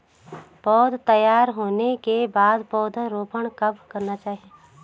पौध तैयार होने के बाद पौधा रोपण कब करना चाहिए?